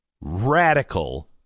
radical